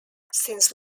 since